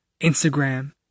Instagram